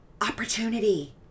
opportunity